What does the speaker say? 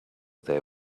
they